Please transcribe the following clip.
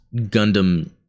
Gundam